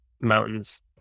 mountains